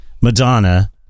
Madonna